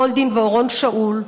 גולדין ואורון שאול,